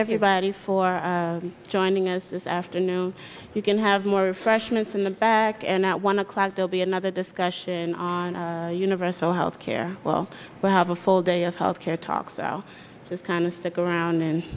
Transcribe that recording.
everybody for joining us this afternoon you can have more refreshments in the back and at one o'clock they'll be another discussion on universal health care well we'll have a full day of health care talk so just kind of stick around and